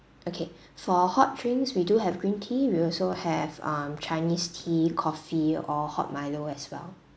okay for hot drinks we do have green tea we also have um chinese tea coffee or hot milo as well